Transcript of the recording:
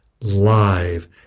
live